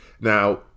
Now